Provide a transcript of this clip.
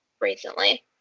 recently